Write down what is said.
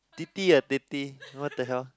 ti ti ah teh t what the hell